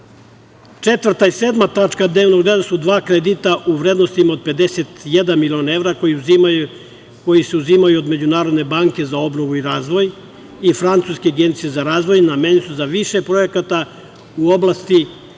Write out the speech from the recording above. godine. Četvrta i sedma tačka dnevnog reda su dva kredita u vrednosti od 51 miliona evra koji se uzimaju od Međunarodne banke za obnovu i razvoj i Francuske agencije za razvoj. Namenjena su za više projekata u oblasti